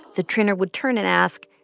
the trainer would turn and ask,